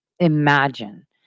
imagine